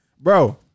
Bro